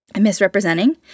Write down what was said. misrepresenting